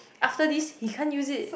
after this he can't use it